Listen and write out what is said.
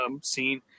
scene